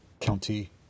County